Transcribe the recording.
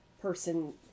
person